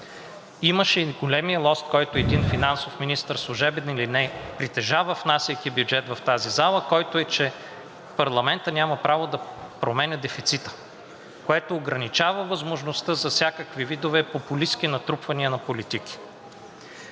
Имаше и големия лост, който един финансов министър – служебен или не, притежава, внасяйки бюджет в тази зала, който е, че парламентът няма право да променя дефицита, което ограничава възможността за всякакви видове популистки натрупвания на политики.